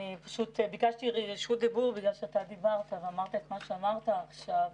אני ביקשתי רשות דיבור בגלל שאתה דיברת ואמרת את מה שאמרת עכשיו.